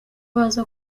baza